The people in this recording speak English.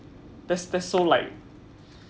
that's that's so like